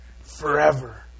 forever